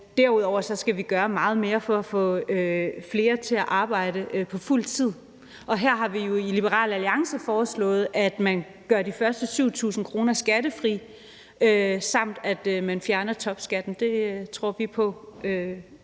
derudover skal vi gøre meget mere for at få flere til at arbejde på fuld tid, og her har vi jo i Liberal Alliance foreslået, at man kunne gøre de første 7.000 kr. skattefri, samt at man fjerner topskatten. Det tror vi på,